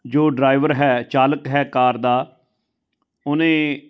ਜੋ ਡਰਾਈਵਰ ਹੈ ਚਾਲਕ ਹੈ ਕਾਰ ਦਾ ਉਹਨੇ